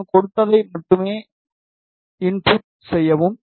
நான் கொடுத்ததை மட்டும் இன்புட் செய்யவும்